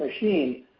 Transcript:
machine